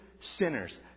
sinners